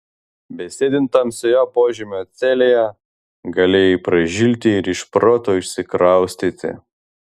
besėdint tamsioje požemio celėje galėjai pražilti ir iš proto išsikraustyti